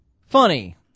Funny